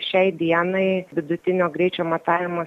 šiai dienai vidutinio greičio matavimo